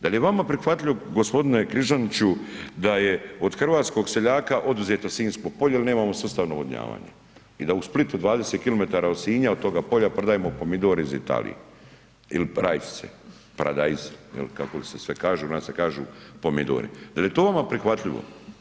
Da li je vama prihvatljivo gospodine Križaniću da je od hrvatskog seljaka oduzeto Sinjsko polje jer nemamo sustav navodnjavanja i da u Splitu 20 km od Sinja od toga polja prodajemo pomidore iz Italije ili rajčice, paradajzi, kako li se sve kaže, u nas se kažu pomidori, da li je to vama prihvatljivo?